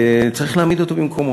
וצריך להעמיד אותו במקומו.